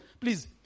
Please